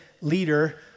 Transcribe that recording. leader